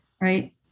right